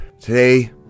Today